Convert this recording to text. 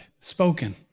spoken